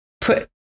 put